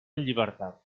llibertat